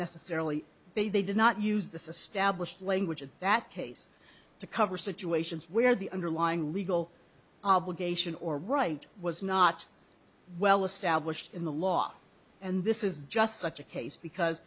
necessarily they did not use the stablished language in that case to cover situations where the underlying legal obligation or right was not well established in the law and this is just such a case because